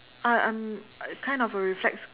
I'm I'm kind of a reflex